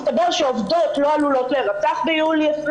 מסתבר שעובדות לא עלולות להירצח ביולי 2021,